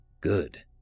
Good